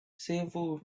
several